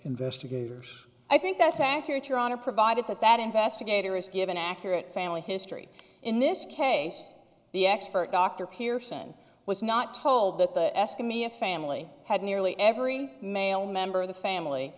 investigators i think that's accurate your honor provided that that investigator is given accurate family history in this case the expert dr pearson was not told that the asking me a family had nearly every male member of the family